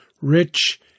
rich